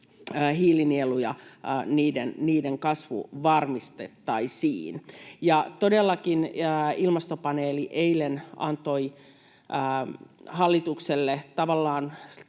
hiilinielujen kasvu varmistettaisiin. Todellakin Ilmastopaneeli eilen antoi hallitukselle tavallaan